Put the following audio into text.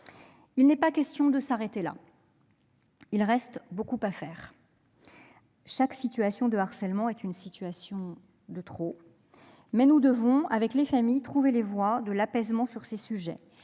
Il n'est pas question de s'arrêter là, car beaucoup reste à faire. Chaque situation de harcèlement est une situation de trop ; mais, avec les familles, nous devons trouver les voies de l'apaisement sur ces sujets